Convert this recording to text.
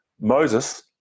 Moses